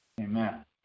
Amen